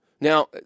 now